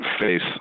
face